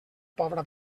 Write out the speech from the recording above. pobra